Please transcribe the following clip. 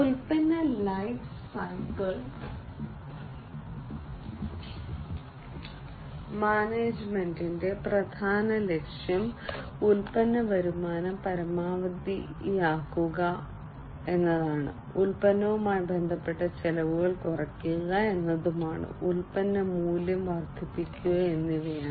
ഉൽപ്പന്ന life cycle മാനേജ്മെന്റിന്റെ പ്രധാന ലക്ഷ്യം ഉൽപ്പന്ന വരുമാനം പരമാവധിയാക്കുക ഉൽപ്പന്നവുമായി ബന്ധപ്പെട്ട ചെലവുകൾ കുറയ്ക്കുക ഉൽപ്പന്ന മൂല്യം വർദ്ധിപ്പിക്കുക എന്നിവയാണ്